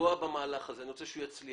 לפגוע במהלך הזה, אני רוצה שהוא יצליח.